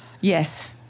Yes